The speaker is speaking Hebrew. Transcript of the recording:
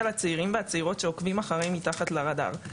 הצעירים והצעירות שעוקבים אחרי ׳מתחת לרדאר׳.